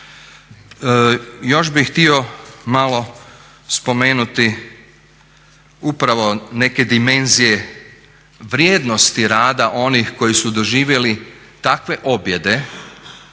Još bih htio malo spomenuti upravo neke dimenzije vrijednosti rada onih koji su doživjeli takve objede